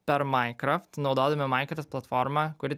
per minecraft naudodami minecraft platformą kuri